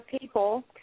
people